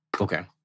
Okay